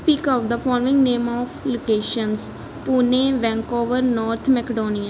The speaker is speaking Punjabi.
speak out the following name of locations Pune Vancouver North Macedonia